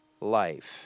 life